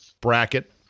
bracket